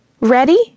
Ready